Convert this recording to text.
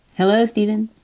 hello, stephen.